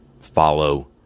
Follow